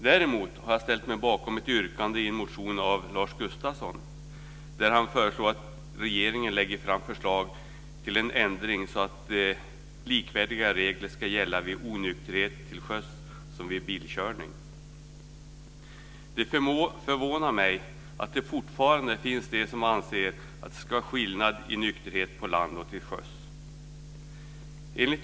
Däremot har jag ställt mig bakom ett yrkande i en motion av Lars Gustafsson, där han föreslår att regeringen lägger fram förslag till en ändring så att likvärdiga regler ska gälla vid onykterhet till sjöss och vid bilkörning. Det förvånar mig att det fortfarande finns de som anser att det ska vara skillnad i nykterhet på land och till sjöss.